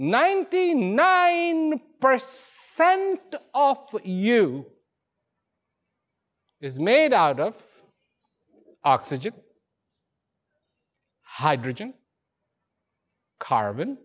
ninety nine percent of you is made out of oxygen hydrogen carbon